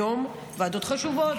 היום ועדות חשובות,